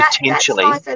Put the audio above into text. potentially –